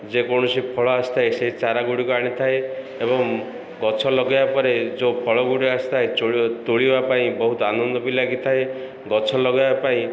ଯେକୌଣସି ଫଳ ଆସିଥାଏ ସେ ଚାରାଗୁଡ଼ିକୁ ଆଣିଥାଏ ଏବଂ ଗଛ ଲଗେଇବା ପରେ ଯେଉଁ ଫଳ ଗୁଡ଼ିକ ଆସିଥାଏ ତୋଳିବା ପାଇଁ ବହୁତ ଆନନ୍ଦ ବି ଲାଗିଥାଏ ଗଛ ଲଗେଇବା ପାଇଁ